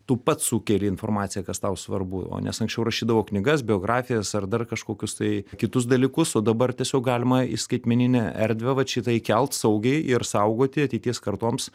tu pats sukeli informaciją kas tau svarbu nes anksčiau rašydavo knygas biografijas ar dar kažkokius tai kitus dalykus o dabar tiesiog galima į skaitmeninę erdvę vat šitą ikelt saugiai ir saugoti ateities kartoms